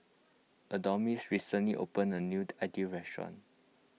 Adonis recently opened a new Idili restaurant